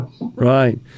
Right